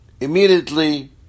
Immediately